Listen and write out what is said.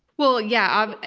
well, yeah.